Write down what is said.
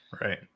Right